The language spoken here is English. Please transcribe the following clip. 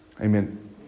Amen